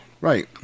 Right